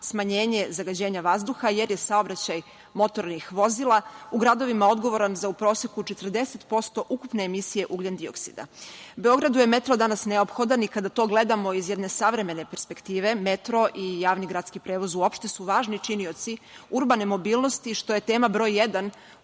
smanjenje zagađenja vazduha, jer je saobraćaj motornih vozila u gradovima odgovoran za u proseku 40% ukupne emisije ugljendioksida. Beogradu je metro danas neophodan i kada to gledamo iz jedne savremene perspektive, metro i javni gradski prevoz uopšte su važni činioci urbane mobilnosti, što je tema broj